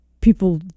people